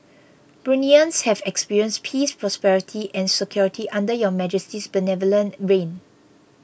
Bruneians have experienced peace prosperity and security under Your Majesty's benevolent reign